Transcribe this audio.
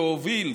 שהוביל,